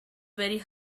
very